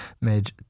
made